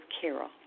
carol